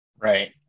Right